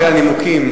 אחרי הנימוקים,